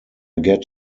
get